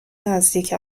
نزدیک